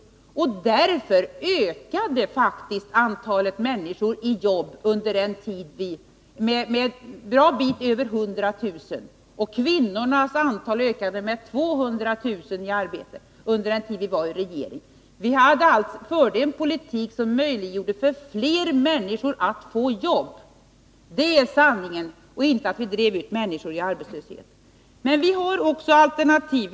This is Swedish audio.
Under vår regeringstid ökade faktiskt också antalet människor i jobb med en bra bit över 100 000, och antalet kvinnori arbete ökade med 200 000. Vi förde en politik som möjliggjorde för fler människor att få jobb. Det är sanningen, och inte att vi drev ut människor i arbetslöshet. Vi föreslår nu alternativ.